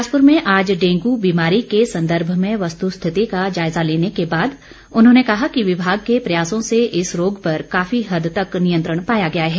बिलासपुर में आज डेंगू बीमारी के संदर्भ में वस्तु स्थिति का जायजा लेने के बाद उन्होंने कहा कि विभाग के प्रयासों से इस रोग पर काफी हद तक नियंत्रण पाया गया है